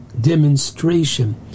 demonstration